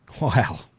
wow